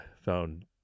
found